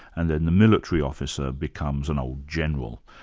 and then the military officer becomes an old general.